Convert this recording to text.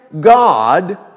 God